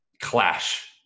clash